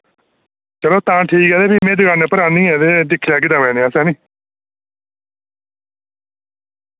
चलो तां ठीक ऐ ते फ्ही मैं दुकाने उप्पर आह्नियै ते दिक्खी लैगे दवैं जने अस हैनी